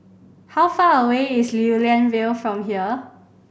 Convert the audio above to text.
how far away is Lew Lian Vale from here